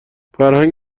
فرهنگ